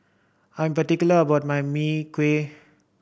I'm particular about my Mee Kuah